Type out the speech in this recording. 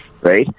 right